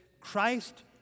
Christ